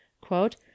Quote